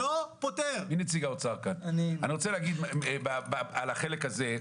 אני רוצה להגיד על החלק הזה,